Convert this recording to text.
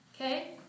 Okay